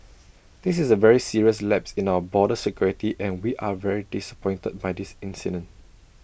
this is A very serious lapse in our border security and we are very disappointed by this incident